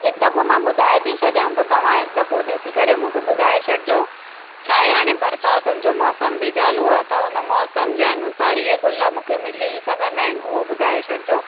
हिकु दफ़ो मां ॿुधाए थी छॾियां त तव्हां हिकु दफ़ो ॾिसी करे मूंखे ॿुधाए छॾिजो छाहे हाणे बरसातनि जो मौसम बि चालू आहे त हुन मौसम जे अनुसार इहा गुल मूंखे मिली सघंदा आहिनि उहा ॿुधाए छॾिजो